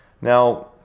Now